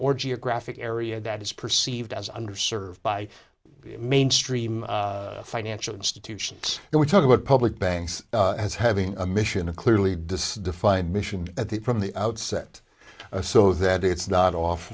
or geographic area that is perceived as underserved by mainstream financial institutions and we talk about public banks as having a mission a clearly does defined mission at the from the outset so that it's not off